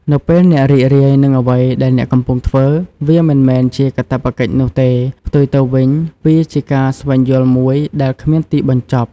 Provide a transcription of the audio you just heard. នៅពេលអ្នករីករាយនឹងអ្វីដែលអ្នកកំពុងធ្វើ វាមិនមែនជាកាតព្វកិច្ចនោះទេ ផ្ទុយទៅវិញ វាជាការស្វែងយល់មួយដែលគ្មានទីបញ្ចប់។